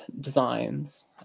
designs